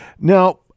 Now